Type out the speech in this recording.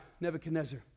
Nebuchadnezzar